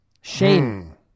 shame